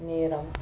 நேரம்